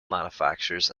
manufactures